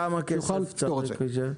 כמה כסף צריך לזה?